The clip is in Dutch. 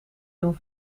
doen